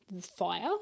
fire